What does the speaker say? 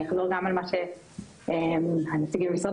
אני אחזור גם על מה שאמרו הנציגים ממשרד